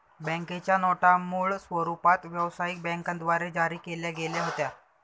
बँकेच्या नोटा मूळ स्वरूपात व्यवसायिक बँकांद्वारे जारी केल्या गेल्या होत्या